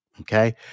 okay